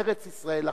היתה ארץ-ישראל אחת,